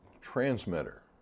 transmitter